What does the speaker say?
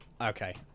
Okay